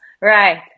right